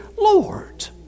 Lord